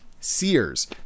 Sears